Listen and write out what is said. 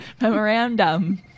Memorandum